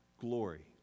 glory